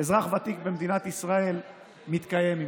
אזרח ותיק במדינת ישראל מתקיים.